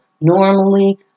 normally